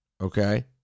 Okay